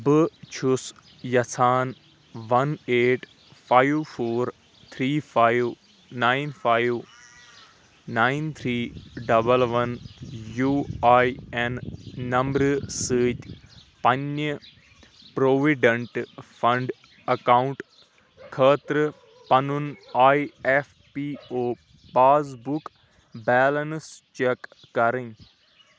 بہٕ چھُس یژھان one eight five four three five nine five three nine three double one U A N نمبرٕ سۭتۍ پننہِ پروویڈنٹ فنڈ اکاؤنٹ خٲطرٕ پَنُن E F P O pass book balance check کَرٕنۍ